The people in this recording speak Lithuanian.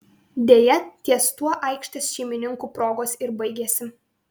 deja ties tuo aikštės šeimininkų progos ir baigėsi